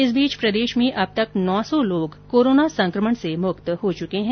इस बीच प्रदेश में अब तक नौ सौ लोग कोरोना संकमण से मुक्त हो चुके हैं